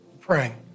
praying